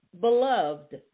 Beloved